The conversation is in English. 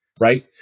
right